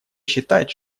считать